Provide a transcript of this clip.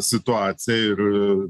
situaciją ir